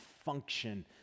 function